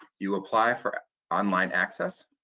you apply for online access.